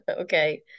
Okay